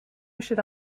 should